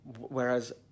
whereas